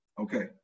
Okay